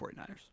49ers